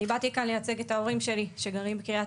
אני באתי לייצג את ההורים שלי שגרים בקריית